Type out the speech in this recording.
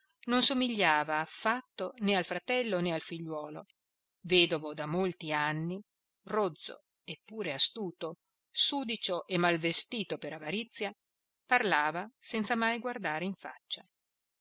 non somigliava affatto né al fratello né al figliuolo vedovo da molti anni rozzo eppure astuto sudicio e malvestito per avarizia parlava senza mai guardare in faccia